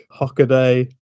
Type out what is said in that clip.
Hockaday